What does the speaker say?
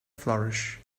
flourish